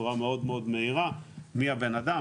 בצורה מאוד מאוד מהירה מי הבן אדם,